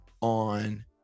on